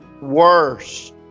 worse